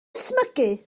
ysmygu